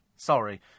Sorry